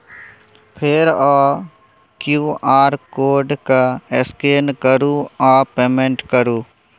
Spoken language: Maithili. फेर ओ क्यु.आर कोड केँ स्कैन करु आ पेमेंट करु